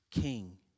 king